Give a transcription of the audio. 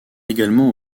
également